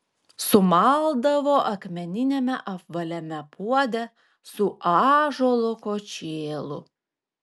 sumaldavo akmeniniame apvaliame puode su ąžuolo kočėlu